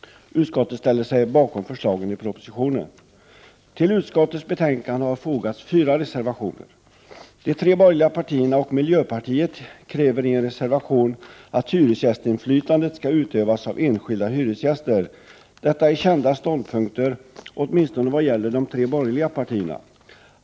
Utskottet ställer sig bakom förslagen i propositionen. Till utskottets betänkande har fogats fyra reservationer. De tre borgerliga partierna och miljöpartiet kräver i en reservation att hyresgästinflytandet skall utövas av enskilda hyresgäster. Detta är kända ståndpunkter åtminstone vad gäller de borgerliga partierna.